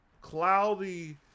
cloudy